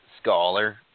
scholar